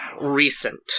recent